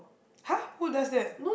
!huh! who does that